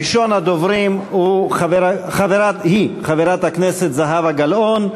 ראשונת הדוברים היא חברת הכנסת זהבה גלאון.